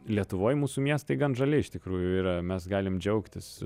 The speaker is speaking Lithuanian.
lietuvoj mūsų miestai gan žali iš tikrųjų yra mes galim džiaugtis